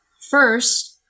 First